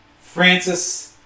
Francis